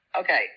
Okay